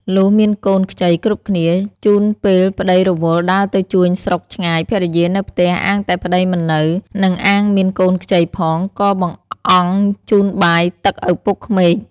លុះមានកូនខ្ចីគ្រប់គ្នា ជួនពេលប្ដីរវល់ដើរទៅជួញស្រុកឆ្ងាយភរិយានៅផ្ទះអាងតែប្តីមិននៅ និងអាងមានកូនខ្ចីផងក៏បង្អង់ជូនបាយទឹកឪពុកក្មេក។